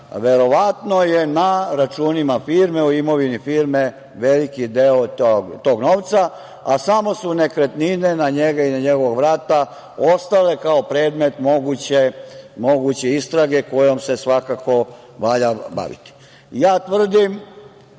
verovatno je na računima firme u imovini firme veliki deo tog novca, a samo su nekretnine na njega i njegovog brata ostale kao predmet moguće istrage kojom se svakako valja baviti.Zašto